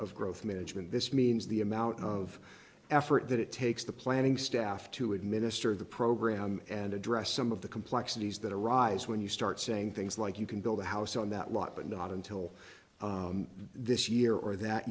of growth management this means the amount of effort that it takes the planning staff to administer the program and address some of the complexities that arise when you start saying things like you can build a house on that lot but not until this year or that